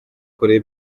kuri